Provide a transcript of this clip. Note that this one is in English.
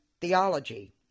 theology